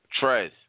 Trez